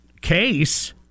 case